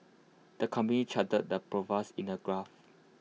the company charted their pro fast in A graph